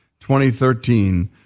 2013